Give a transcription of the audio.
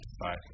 bye